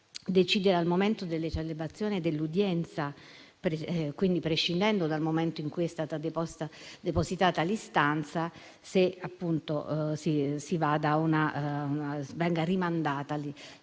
decidere al momento della celebrazione dell'udienza, prescindendo dal momento in cui è stata depositata l'istanza, se la stessa venga rimandata per